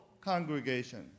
congregation